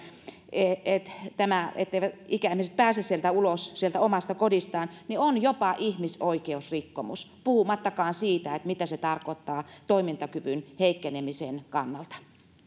että tämä etteivät ikäihmiset pääse ulos omasta kodistaan on jopa ihmisoikeusrikkomus puhumattakaan siitä mitä se tarkoittaa toimintakyvyn heikkenemisen kannalta